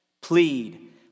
plead